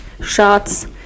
shots